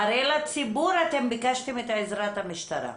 הרי לציבור אתם ביקשתם את עזרת המשטרה.